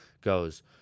goes